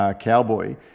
cowboy